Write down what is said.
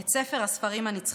את ספר הספרים הנצחי.